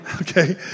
Okay